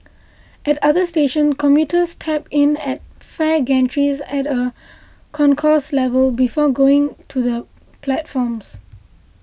at other stations commuters tap in at fare gantries at a concourse level before going to the platforms